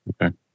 Okay